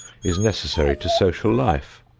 is necessary to social life.